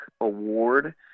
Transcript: award